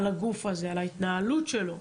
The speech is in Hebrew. על הגוף הזה, על ההתנהלות שלו,